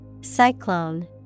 Cyclone